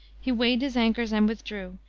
he weighed his anchors and withdrew,